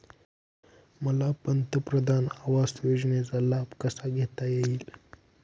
मला पंतप्रधान आवास योजनेचा लाभ कसा घेता येईल?